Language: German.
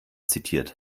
zitiert